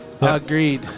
Agreed